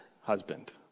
husband